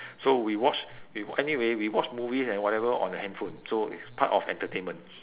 so we watch we wa~ anyway we watch movies and whatever on the handphone so it's part of entertainment